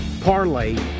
parlay